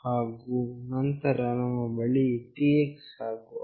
ಹಾಗು ನಂತರ ನಮ್ಮ ಬಳಿ TX ಹಾಗು RX ಇದೆ